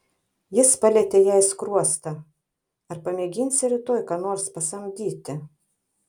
jis palietė jai skruostą ar pamėginsi rytoj ką nors pasamdyti